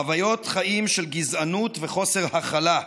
חוויות חיים של גזענות וחוסר הכלה,